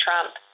Trump